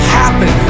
happen